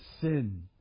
sin